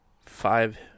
five